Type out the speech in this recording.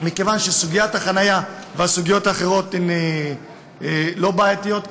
מכיוון שסוגיית החניה והסוגיות האחרות לא בעייתיות כאן.